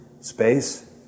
space